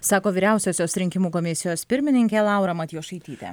sako vyriausiosios rinkimų komisijos pirmininkė laura matjošaitytė